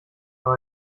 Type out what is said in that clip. noch